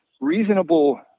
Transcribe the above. reasonable